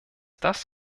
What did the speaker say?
das